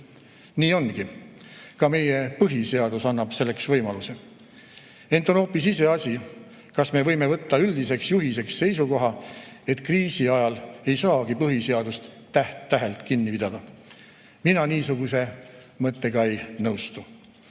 Nii ongi. Ka meie põhiseadus annab selleks võimaluse. Ent on hoopis iseasi, kas me võime võtta üldiseks juhiseks seisukoha, et kriisi ajal ei saagi põhiseadusest täht-tähelt kinni pidada. Mina niisuguse mõttega ei nõustu.